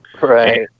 Right